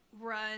run